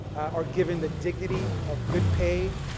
are given the dignity of good pay,